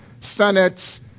Senate's